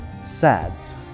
SADS